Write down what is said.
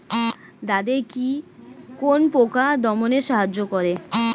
দাদেকি কোন পোকা দমনে সাহায্য করে?